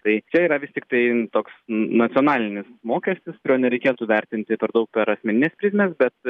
tai čia yra vis tiktai toks nacionalinis mokestis kurio nereikėtų vertinti per daug per asmenines prizmes bet